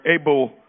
able